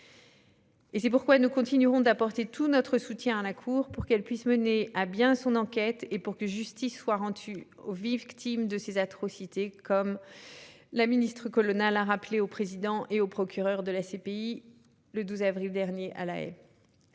C'est pourquoi nous continuerons d'apporter tout notre soutien à la CPI pour qu'elle puisse mener à bien son enquête et pour que justice soit rendue aux victimes de ces atrocités, comme l'a rappelé la ministre Catherine Colonna au président et au procureur de la CPI le 12 avril dernier, à La Haye.